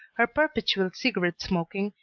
her perpetual cigarette smoking,